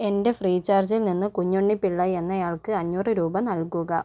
എൻ്റെ ഫ്രീ ചാർജിൽ നിന്ന് കുഞ്ഞുണ്ണി പിള്ള എന്നയാൾക്ക് അഞ്ഞൂറ് രൂപ നൽകുക